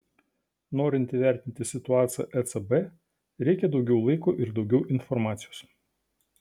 norint įvertinti situaciją ecb reikia daugiau laiko ir daugiau informacijos